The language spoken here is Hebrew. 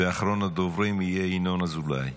ואחרון הדוברים יהיה ינון אזולאי.